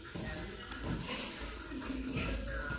everything would be the answer.